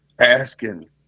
asking